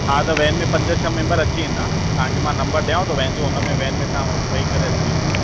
हा त वैन में पंज छह मेंबर अची वेंदा तव्हांखे मां नंबर ॾियांव थो वैन जो हुनमें वैन में तव्हां वेही करे अची वञो